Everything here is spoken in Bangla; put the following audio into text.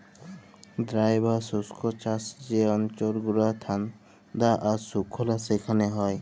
ড্রাই বা শুস্ক চাষ যে অল্চল গুলা ঠাল্ডা আর সুকলা সেখালে হ্যয়